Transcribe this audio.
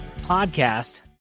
podcast